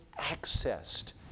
accessed